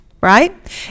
right